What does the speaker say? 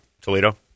toledo